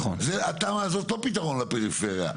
התמ"א הזאת לא פתרון לפריפריה.